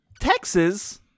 Texas